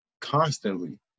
constantly